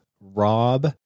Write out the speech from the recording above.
Rob